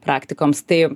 praktikoms tai